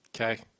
Okay